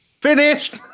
finished